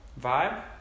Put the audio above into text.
vibe